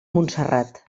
montserrat